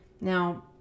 Now